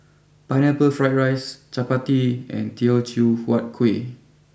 Pineapple Fried Rice Chappati and Teochew Huat Kueh